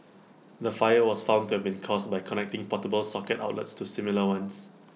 the fire was found to have been caused by connecting portable socket outlets to similar ones